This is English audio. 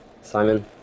Simon